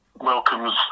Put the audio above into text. welcomes